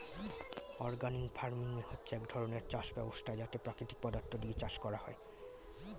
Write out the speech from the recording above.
organic farming হচ্ছে এক ধরণের চাষ ব্যবস্থা যাতে প্রাকৃতিক পদার্থ দিয়ে চাষ করা হয়